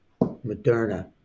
Moderna